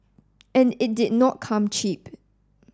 and it did not come cheap